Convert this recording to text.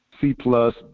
C-plus